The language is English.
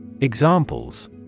Examples